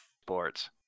sports